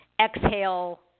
exhale